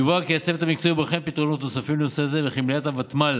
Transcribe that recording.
יובהר כי הצוות המקצועי בוחן פתרונות נוספים לנושא זה וכי מליאת הוותמ"ל